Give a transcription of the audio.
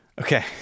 Okay